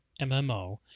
MMO